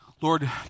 Lord